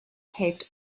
taped